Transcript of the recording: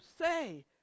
say